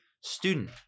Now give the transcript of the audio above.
student